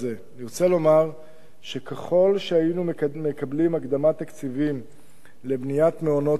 אני רוצה לומר שככל שהיינו מקבלים הקדמת תקציבים לבניית מעונות-יום,